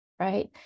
Right